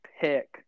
pick